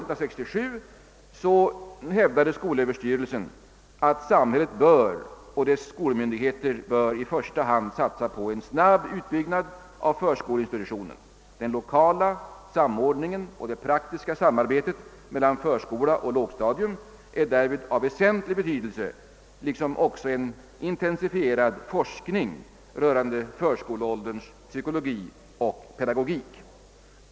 1967 hävdade skolöverstyrelsen att samhället och dess skolmyndigheter i första hand bör satsa på en snabb utbyggnad av förskoleinstitutionen. Den lokala samordningen och det praktiska samarbetet mellan förskola och lågstadium är därvid av väsentlig betydelse liksom också en intensifierad forskning rörande förskoleåldrarnas psykologi och pedagogik.